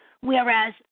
Whereas